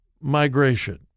migration